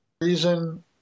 reason